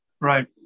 Right